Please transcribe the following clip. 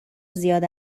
زیاد